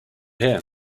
here